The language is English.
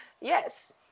Yes